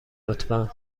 لطفا